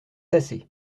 assez